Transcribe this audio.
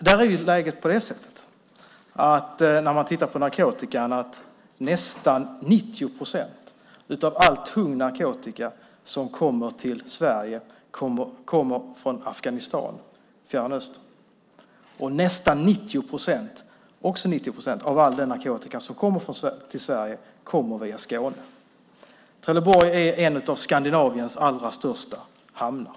Där är läget sådant att nästan 90 procent av all tung narkotika som kommer till Sverige kommer från Afghanistan, från Fjärran östern, och nästan 90 procent av all den narkotika som kommer till Sverige kommer via Skåne. Trelleborgs hamn är en av Skandinaviens allra största hamnar.